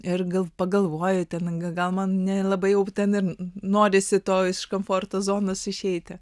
ir gal pagalvojate na gal man nelabai jau ten ir norisi to iš komforto zonos išeiti